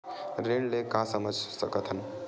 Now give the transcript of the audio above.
ऋण ले का समझ सकत हन?